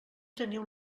teniu